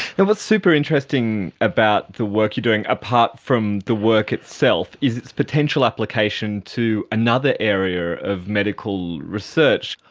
and what's super interesting about the work you're doing, apart from the work itself, is its potential application to another area of medical research.